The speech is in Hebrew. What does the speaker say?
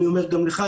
אני אומר גם לך,